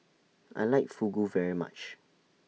I like Fugu very much